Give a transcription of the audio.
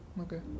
okay